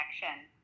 connection